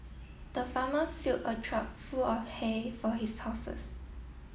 the farmer fill a trough full of hay for his horses